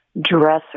dresser